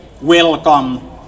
welcome